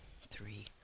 three